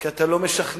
כי אתה לא משכנע.